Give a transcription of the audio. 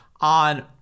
on